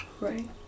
Right